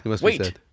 Wait